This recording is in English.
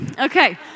Okay